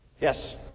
yes